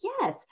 yes